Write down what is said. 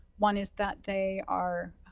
one is that they are.